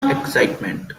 excitement